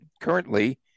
currently